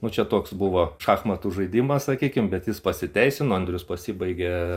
nu čia toks buvo šachmatų žaidimas sakykim bet jis pasiteisino andrius pasibaigė